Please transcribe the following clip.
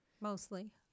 Mostly